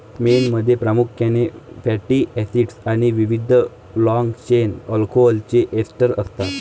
मेणमध्ये प्रामुख्याने fatty acids आणि विविध लाँग चेन अल्कोहोलचे एस्टर असतात